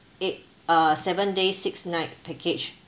eight uh seven days six night package